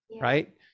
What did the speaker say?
right